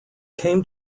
came